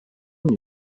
孙女